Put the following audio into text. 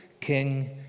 King